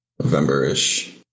November-ish